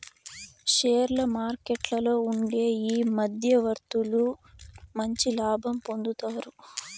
షేర్ల మార్కెట్లలో ఉండే ఈ మధ్యవర్తులు మంచి లాభం పొందుతారు